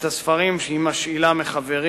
את הספרים היא שואלת מחברים.